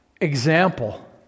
example